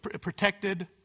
protected